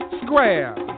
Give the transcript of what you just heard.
square